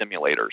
simulators